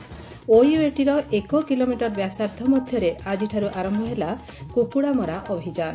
ଓୟୁଏଟିର ଏକକିଲୋମିଟର ବ୍ୟାସାର୍ବ୍ଧ ମଧ୍ଧରେ ଆଜିଠାରୁ ଆର ହେଲା କୁକୁଡ଼ାମରା ଅଭିଯାନ